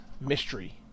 mystery